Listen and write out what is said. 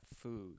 food